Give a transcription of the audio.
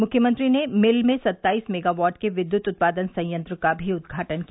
मुख्यमंत्री ने मिल में सत्ताईस मेगावाट के विद्युत उत्पादन संयंत्र का भी उदघाटन किया